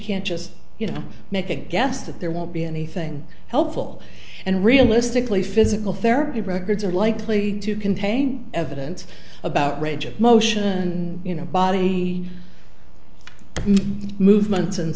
can't just you know make a guess that there won't be anything helpful and realistically physical therapy records are likely to contain evidence about range of motion you know body movements and